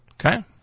Okay